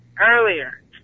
earlier